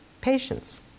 patients